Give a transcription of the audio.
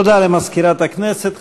תודה למזכירת הכנסת.